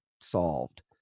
solved